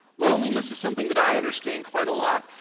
loneliness is something that i understand quite a lot.